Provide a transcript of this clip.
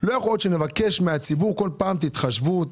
לא יכול להיות שנבקש מהציבור כל פעם תתחשבו,